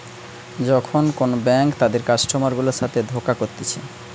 যখন কোন ব্যাঙ্ক তাদের কাস্টমার গুলার সাথে ধোকা করতিছে